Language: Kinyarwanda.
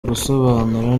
gusobanura